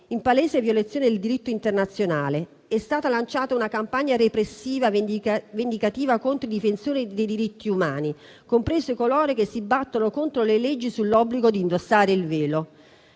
in palese violazione del diritto internazionale. È stata lanciata una campagna repressiva vendicativa contro i difensori dei diritti umani, compresi coloro che si battono contro le leggi sull'obbligo di indossare il velo.